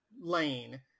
lane